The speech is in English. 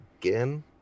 again